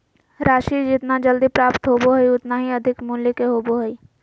राशि जितना जल्दी प्राप्त होबो हइ उतना ही अधिक मूल्य के होबो हइ